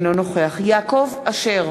אינו נוכח יעקב אשר,